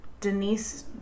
Denise